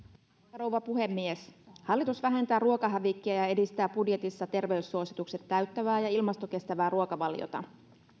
rouva puhemies hallitus vähentää ruokahävikkiä ja edistää budjetissa terveyssuositukset täyttävää ja ilmastokestävää ruokavaliota